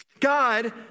God